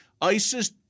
ISIS